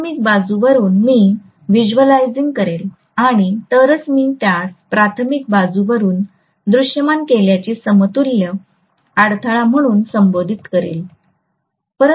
प्राथमिक बाजूवरून मी व्हिज्युअलायझिंग करेल आणि तरच मी त्यास प्राथमिक बाजुवरून दृश्यमान केल्याने समतुल्य अडथळा म्हणून संबोधित करेन